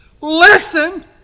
Listen